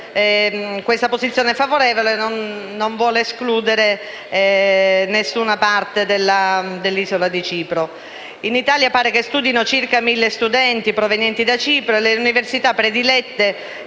nostra posizione favorevole non vuole escludere nessuna parte dell'isola di Cipro. In Italia pare che studino circa 1.000 studenti provenienti da Cipro. Le università predilette